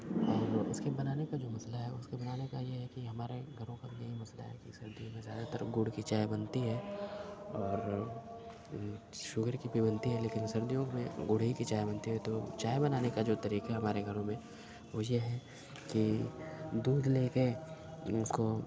اور اس کے بنانے کا جو مسئلہ ہے اس کے بنانے کا یہ ہے کہ ہمارے گھروں کا بھی یہی مسئلہ ہے ٹھنڈی میں زیادہ تر گڑ کی چائے بنتی ہے اور شوگر کی بھی بنتی ہے لیکن سردیوں میں گڑ ہی کی چائے بنتی ہے تو چائے بنانے کا جو طریقہ ہے ہمارے گھروں میں وہ یہ ہے کہ دودھ لے کے اس کو